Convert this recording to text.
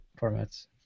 formats